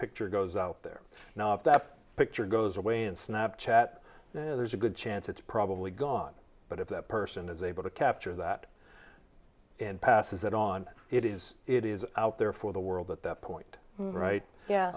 picture goes out there now if that picture goes away in snap chat there's a good chance it's probably gone but if that person is able to capture that and passes it on it is it is out there for the world at that point right